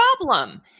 problem